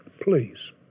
please